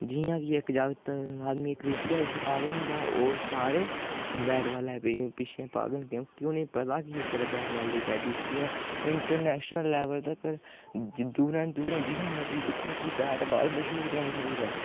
जियां कि इक जागत आदमी इक रुट्टियै पिच्छें पागल होंदा ओह् सारे बैट बाॅल पिच्छें पागल न क्यूंकि उ'नें ई पता ऐ कि इस बेल्लै बैट बाॅलै दी वैल्यू केह् ऐ इंटरनैशनल लैवल तक्कर दूरें दूरें जित्थै मर्जी दिक्खो कि बैट बाॅल मश्हूर ऐ मश्हूर ऐ